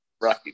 Right